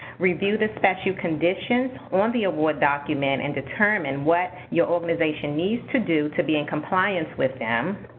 review the special conditions on the award document and determine what your organization needs to do to be in compliance with them.